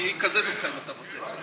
אקזז אותך, אם אתה רוצה.